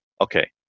Okay